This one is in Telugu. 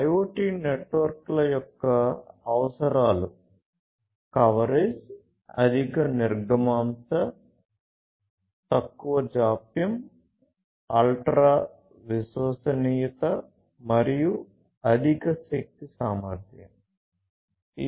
IoT నెట్వర్క్ల యొక్క అవసరాలు కవరేజ్ అధిక నిర్గమాంశ